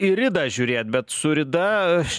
į ridą žiūrėt bet su rida aš